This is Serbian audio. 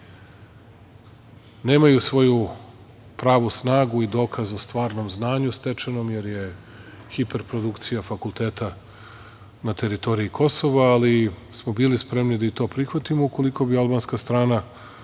nemaju svoju pravu snagu i dokaz o stvarnom znanju stečenom, jer je hiper produkcija fakulteta na teritoriji Kosova, ali smo bili spremni da i to prihvatimo ukoliko bi albanska strana